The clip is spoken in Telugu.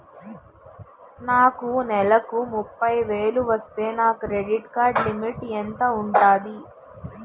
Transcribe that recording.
నాకు నెలకు ముప్పై వేలు వస్తే నా క్రెడిట్ కార్డ్ లిమిట్ ఎంత ఉంటాది?